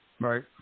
right